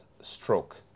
stroke